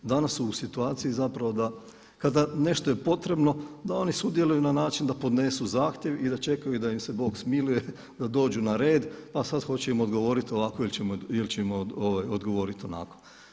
Danas su u situaciji zapravo da kada je nešto potrebno da oni sudjeluju na način da podnesu zahtjev i da čekaju da im se Bog smiluje da dođu na red, pa sada hoće im odgovoriti ovako ili će im odgovoriti onako.